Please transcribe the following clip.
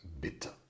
bitter